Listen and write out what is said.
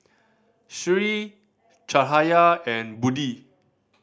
Sri Cahaya and Budi